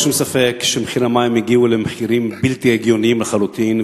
אין שום ספק שמחירי המים הגיעו למחירים בלתי הגיוניים לחלוטין.